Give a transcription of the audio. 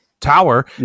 tower